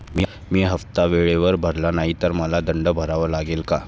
मी हफ्ता वेळेवर भरला नाही तर मला दंड भरावा लागेल का?